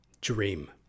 dream